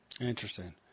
Interesting